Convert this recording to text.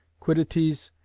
quiddities,